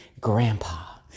grandpa